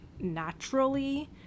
naturally